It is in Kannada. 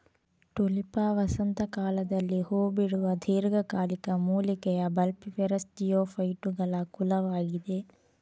ಟುಲಿಪಾ ವಸಂತ ಕಾಲದಲ್ಲಿ ಹೂ ಬಿಡುವ ದೀರ್ಘಕಾಲಿಕ ಮೂಲಿಕೆಯ ಬಲ್ಬಿಫೆರಸ್ಜಿಯೋಫೈಟುಗಳ ಕುಲವಾಗಿದೆ